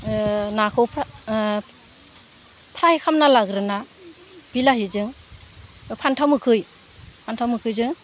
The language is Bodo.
नाखौ फ्राय खालामना लाग्रोना बिलाहिजों फानथाव मोखै फानथाव मोखैजों